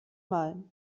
mal